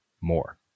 more